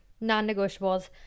non-negotiables